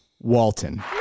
Walton